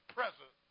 present